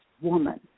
woman